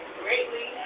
greatly